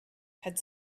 had